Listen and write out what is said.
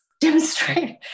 Demonstrate